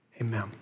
amen